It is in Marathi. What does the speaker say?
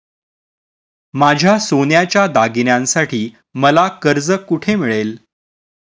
माझ्या सोन्याच्या दागिन्यांसाठी मला कर्ज कुठे मिळेल?